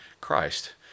Christ